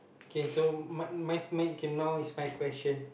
okay so my my my okay now is my question